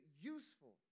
useful